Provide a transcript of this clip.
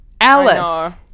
Alice